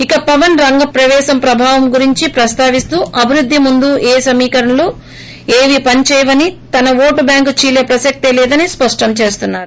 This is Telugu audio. ఇక పవన్ రంగ ప్రవేశం ప్రభావం గురించి ప్రస్తావిస్తూ అభివృద్ధి ముందు ఏ సమీకరణాలు ఏవీ పనిచేయవని తన ఓటు బ్యాంకు చీలే ప్రసక్తే లేదని స్పష్టం చేస్తున్నారు